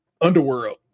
Underworld